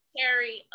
carry